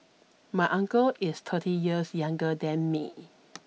my uncle is thirty years younger than me